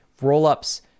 rollups